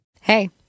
Hey